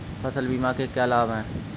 फसल बीमा के क्या लाभ हैं?